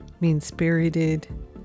mean-spirited